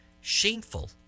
Shameful